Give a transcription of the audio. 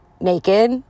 naked